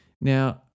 Now